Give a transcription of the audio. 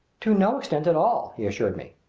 to no extent at all, he assured me.